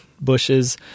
bushes